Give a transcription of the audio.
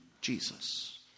Jesus